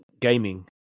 gaming